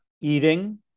eating